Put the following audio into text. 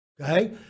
okay